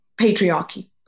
patriarchy